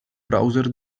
browser